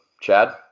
Chad